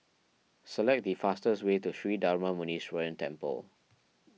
select the fastest way to Sri Darma Muneeswaran Temple